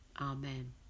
Amen